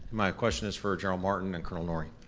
my question is for general martin and colonel norrie.